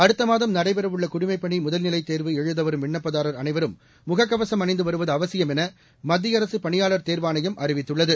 அடுத்த மாதம் நடைபெறவுள்ள குடிமைப்பணி முதல்நிலைத் தேர்வு எழுதவரும் விண்ணப்பதாரர் அனைவரும் முகக்கவசும் அணிந்து வருவது அவசியம் என மத்திய அரசு பணியாளர் தேர்வாணையம் அறிவித்துள்ளது